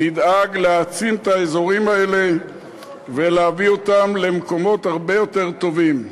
נדאג להעצים את האזורים האלה ולהביא אותם למקומות הרבה יותר טובים.